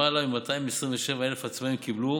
למעלה מ-227,000 עצמאים קיבלו